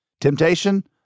Temptation